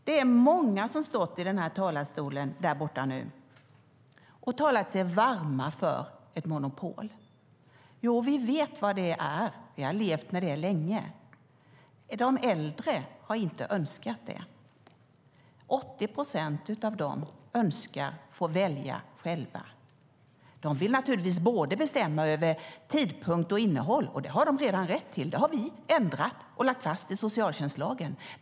Det är många som har stått i talarstolen mitt emot och talat sig varma för ett monopol. Vi vet vad det är. Vi har levt med det länge. De äldre har inte önskat det. 80 procent av dem önskar få välja själva. De vill naturligtvis bestämma över både tidpunkt och innehåll. Det har de redan rätt till. Det har vi ändrat och lagt fast i socialtjänstlagen.